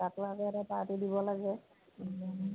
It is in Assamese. তাতো আকৌ এটা পাৰ্টি দিব লাগে